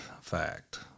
fact